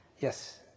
Yes